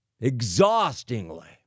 exhaustingly